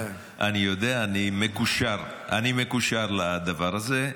אני יודע, אני מקושר לדבר הזה.